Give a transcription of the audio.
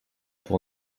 pour